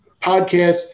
podcast